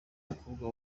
umukobwa